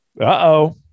Uh-oh